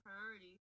priority